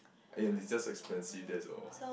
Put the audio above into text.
and it's just expensive that's all